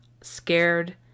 scared